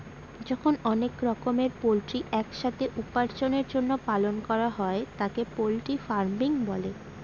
যখন অনেক রকমের পোল্ট্রি এক সাথে উপার্জনের জন্য পালন করা হয় তাকে পোল্ট্রি ফার্মিং বলে